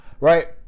right